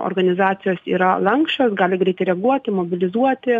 organizacijos yra lanksčios gali greitai reaguoti mobilizuoti